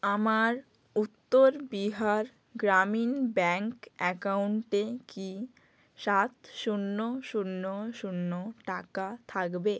আমার উত্তর বিহার গ্রামীণ ব্যাঙ্ক অ্যাকাউন্টে কি সাত শূন্য শূন্য শূন্য টাকা থাকবে